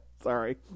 Sorry